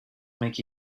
make